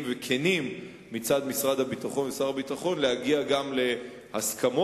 וכנים מצד משרד הביטחון ושר הביטחון להגיע גם להסכמות.